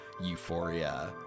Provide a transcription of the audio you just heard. euphoria